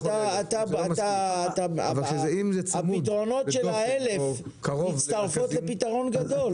אבל הפתרונות של ה-1,000 מצטרפים לפתרון גדול,